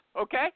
okay